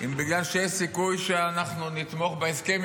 אם בגלל שיש סיכוי שאנחנו נתמוך בהסכם,